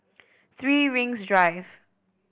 Three Rings Drive